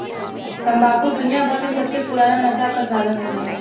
तम्बाकू दुनियाभर मे सबसे पुराना नसा क साधन हउवे